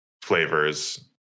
flavors